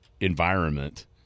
environment